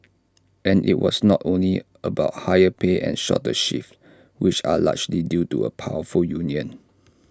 and IT was not only about higher pay and shorter shifts which are largely due to A powerful union